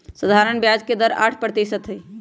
सधारण ब्याज के दर आठ परतिशत हई